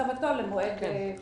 הסכמתו למועד מאוחר יותר.